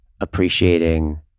Appreciating